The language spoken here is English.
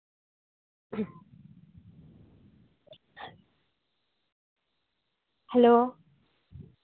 hello